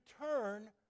turn